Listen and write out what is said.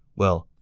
well,